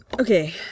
Okay